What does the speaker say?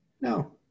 No